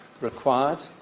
required